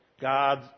God